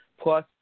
plus